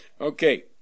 Okay